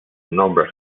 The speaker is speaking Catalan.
nombres